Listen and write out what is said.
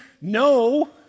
No